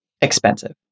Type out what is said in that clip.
expensive